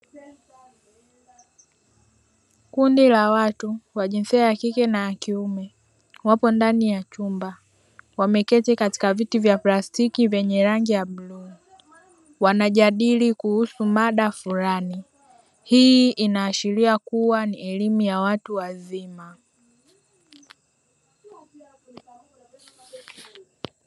Kundi la watu wa jinsia ya kike na ya kiume wapo ndani ya chumba wameketi katika viti vya plastiki vyenye rangi ya bluu, wanajadili kuhusu mada fulani. Hii inaashiria kuwa ni elimu ya watu wazima.